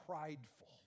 prideful